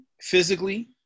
physically